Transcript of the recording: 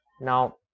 now